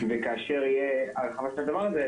וכאשר תהיה הרחבה של הדבר הזה,